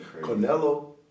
Canelo